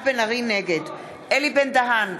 נגד אלי בן-דהן,